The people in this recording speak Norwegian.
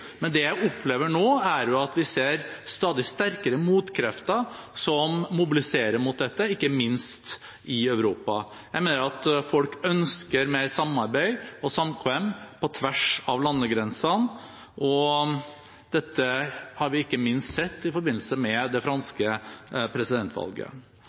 Men det jeg opplever nå, er at vi ser stadig sterkere motkrefter som mobiliserer mot dette, ikke minst i Europa. Jeg mener at folk ønsker mer samarbeid og samkvem på tvers av landegrensene. Dette så vi ikke minst i forbindelse med det